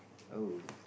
oh